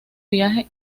viaje